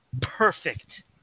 perfect